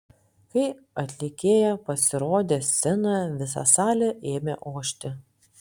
kai atlikėja pasirodė scenoje visa salė ėmė ošti